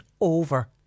over